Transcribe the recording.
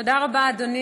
26 בעד,